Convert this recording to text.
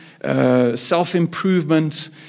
self-improvement